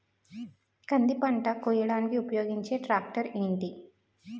కంది పంట కోయడానికి ఉపయోగించే ట్రాక్టర్ ఏంటి?